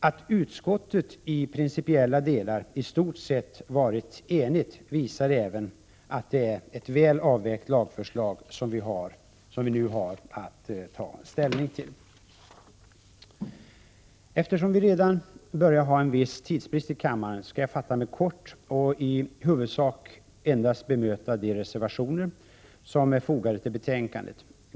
Att utskottet i principiella delar i stort sett varit enigt visar också att det är ett väl avvägt lagförslag som vi nu har att ta ställning till. Eftersom vi redan börjar ha en viss tidsbrist i kammaren, skall jag fatta mig kort och i huvudsak endast bemöta de reservationer som är fogade till betänkandet.